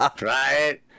Right